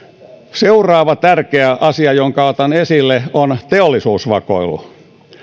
seuraava tärkeä asia jonka otan esille on teollisuusvakoilu